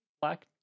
Black